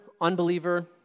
unbeliever